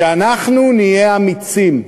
אנחנו נהיה אמיצים,